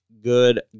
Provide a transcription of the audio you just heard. good